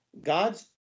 God's